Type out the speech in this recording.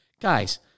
Guys